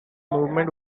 movement